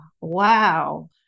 wow